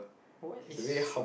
what is